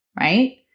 right